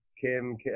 Kim